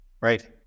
right